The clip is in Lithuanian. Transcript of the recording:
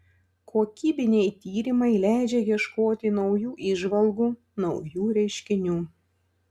kokybiniai tyrimai leidžia ieškoti naujų įžvalgų naujų reiškinių